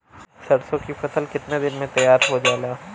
सरसों की फसल कितने दिन में तैयार हो जाला?